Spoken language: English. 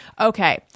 Okay